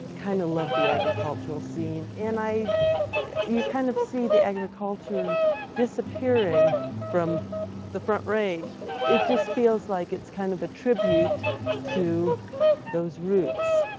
kind of love the agricultural scene and you kind of see the agriculture disappearing from the front range it just feels like it's kind of a tribute to those roots.